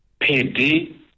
PD